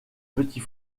petit